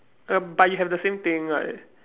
uh but you have the same thing right